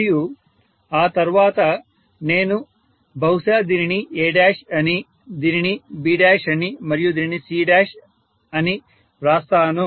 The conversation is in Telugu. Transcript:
మరియు ఆ తర్వాత నేను బహుశా దీనిని A అని దీనిని B అని మరియు దీనిని C అని వ్రాస్తాను